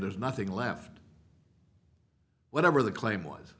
there's nothing left whatever the claim was